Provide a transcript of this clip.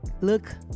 look